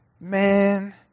Man